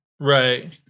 Right